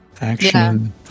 action